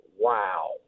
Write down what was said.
wow